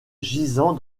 gisant